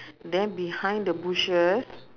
then behind the bushes